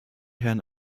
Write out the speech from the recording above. herrn